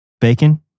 bacon